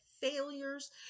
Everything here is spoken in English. failures